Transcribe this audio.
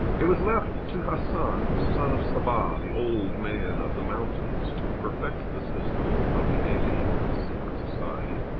it was left to hasan, ah son son of sabah, the old man of the mountains, to perfect the system of the ailing secret society,